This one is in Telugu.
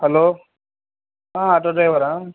hello auto డ్రైవరాా